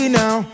now